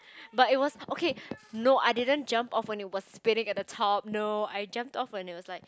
but it was okay no I didn't jump off when it was spinning at the top no I jumped off when it was like